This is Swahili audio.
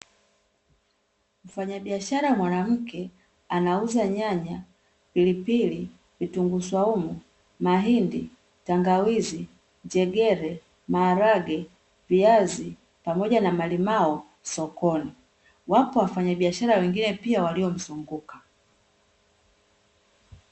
Mfanyabiashara mwanamke, anauza nyanya, pilipili, vitunguu swaumu, mahindi, tangawizi, njegere, maharage, viazi pamoja na malimao sokoni. Wapo wafanyabiashara wengine pia waliomzunguka.